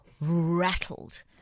rattled